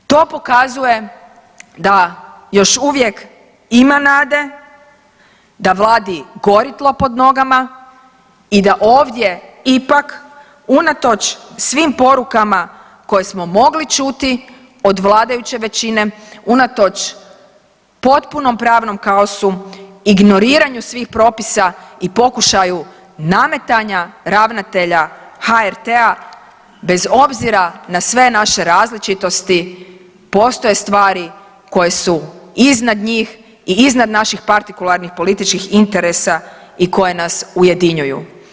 To pokazuje da još uvijek ima nade, da vladi gori tlo pod nogama i da ovdje ipak unatoč svim porukama koje smo mogli čuti od vladajuće većine, unatoč potpunom pravnom kaosu, ignoriranju svih propisa i pokušaju nametanja ravnatelja HRT-a bez obzira na sve naše različitosti postoje stvari koje su iznad njih i iznad naših partikularnih političkih interesa i koje nas ujedinjuju.